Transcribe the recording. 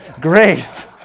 grace